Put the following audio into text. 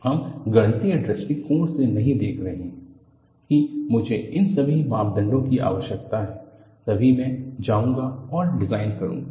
हम गणितीय दृष्टिकोण से नहीं देख रहे हैं कि मुझे इन सभी मापदंडों की आवश्यकता है तभी मैं जाऊंगा और डिजाइन करूंगा